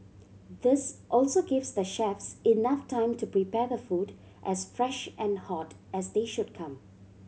this also gives the chefs enough time to prepare the food as fresh and hot as they should come